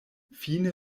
fine